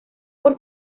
por